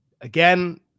Again